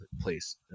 place